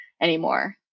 anymore